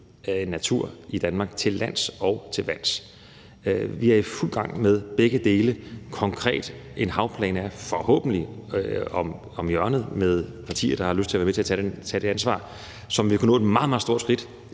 natur i Danmark til lands og til vands. Vi er i fuld gang med begge dele. Konkret er en havplan forhåbentlig lige om hjørnet med deltagelse af partier, der har lyst til at være med til at tage det ansvar, og der vil vi kunne tage et meget, meget stort skridt.